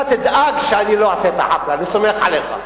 אתה תדאג שאני לא אעשה את החאפלה, אני סומך עליך,